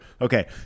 Okay